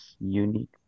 unique